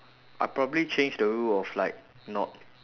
I'll probably change the rule of like not